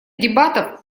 дебатов